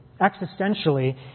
existentially